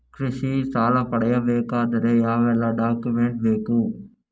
ಕೃಷಿ ಸಾಲ ಪಡೆಯಬೇಕಾದರೆ ಯಾವೆಲ್ಲ ಡಾಕ್ಯುಮೆಂಟ್ ಬೇಕು?